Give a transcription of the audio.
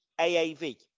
AAV